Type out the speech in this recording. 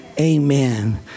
amen